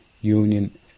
union